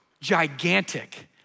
gigantic